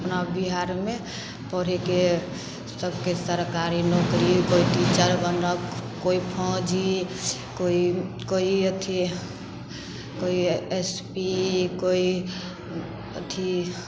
अपना बिहारमे पढ़ैके सभके सरकारी नोकरी कोइ टीचर बनल कोइ फौजी कोइ कोइ अथी कोइ एस पी कोइ अथी